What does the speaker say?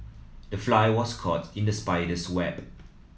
the fly was caught in the spider's web